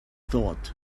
thought